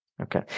Okay